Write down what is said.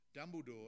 Dumbledore